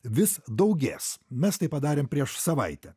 vis daugės mes tai padarėm prieš savaitę